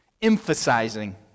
Emphasizing